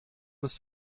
ist